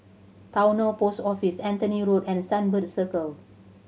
Towner Post Office Anthony Road and Sunbird Circle